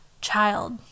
child